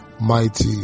mighty